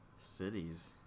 cities